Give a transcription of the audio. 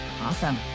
Awesome